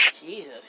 Jesus